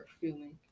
feeling